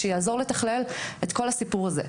שיעזור לתכלל את כל הסיפור הזה.